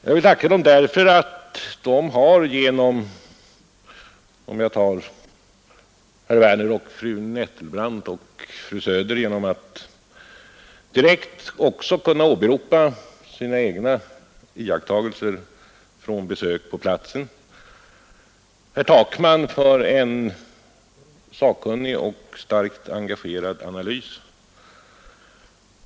Jag vill tacka dem därför att de, om jag tar herr Werner i Malmö och fru Nettelbrandt och fru Söder, direkt kunnat åberopa sina egna iakttagelser från besök på platsen. Herr Takman tackar jag för en sakkunnig och starkt engagerad analys.